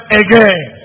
again